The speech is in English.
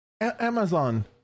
Amazon